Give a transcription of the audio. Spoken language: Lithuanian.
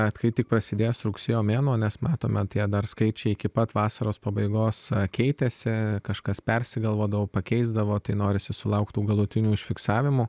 bet kai tik prasidės rugsėjo mėnuo nes matome tai dar skaičiai iki pat vasaros pabaigos keitėsi kažkas persigalvodavo pakeisdavo tai norisi sulaukti galutinio užfiksavimo